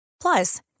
Plus